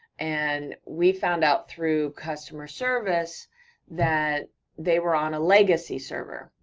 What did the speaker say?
and we found out through customer service that they were on a legacy server,